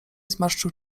zmarszczył